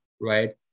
right